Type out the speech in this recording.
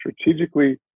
strategically